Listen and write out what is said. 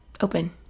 open